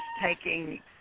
taking